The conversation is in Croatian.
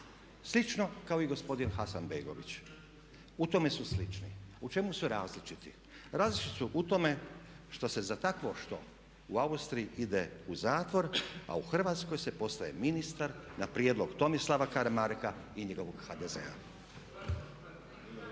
Slično kao i gospodin Hasanbegović. U tome su slični. U čemu su različiti? Različiti su u tome što se za takvo što u Austriji ide u zatvor a u Hrvatskoj se postaje ministar na prijedlog Tomislava Karamarka i njegovog HDZ-a. **Reiner,